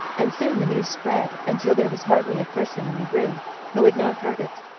and soon the news spread, until there was hardly a person in the room who had not heard it.